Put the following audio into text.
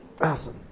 Awesome